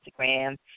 Instagram